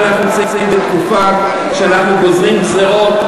אבל אנחנו נמצאים בתקופה שאנחנו גוזרים גזירות.